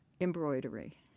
embroidery